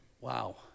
Wow